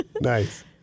Nice